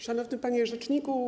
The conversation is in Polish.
Szanowny Panie Rzeczniku!